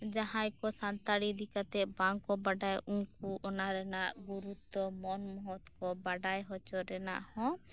ᱡᱟᱦᱟᱸᱭ ᱠᱚ ᱥᱟᱱᱛᱟᱲ ᱤᱫᱤ ᱠᱟᱛᱮᱫ ᱵᱟᱝ ᱠᱚ ᱵᱟᱰᱟᱭᱟ ᱩᱱᱠᱩ ᱚᱱᱟ ᱨᱮᱱᱟᱜ ᱜᱩᱨᱩᱛᱛᱚ ᱢᱚᱱ ᱢᱚᱦᱚᱛ ᱠᱚ ᱵᱟᱰᱟᱭ ᱦᱚᱪᱚ ᱨᱮᱱᱟᱜ ᱦᱚᱸ